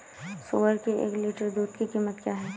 सुअर के एक लीटर दूध की कीमत क्या है?